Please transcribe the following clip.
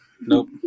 Nope